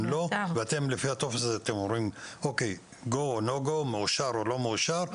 ואתם לפי הטופס הזה אומרים מאושר או לא מאושר,